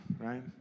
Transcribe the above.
right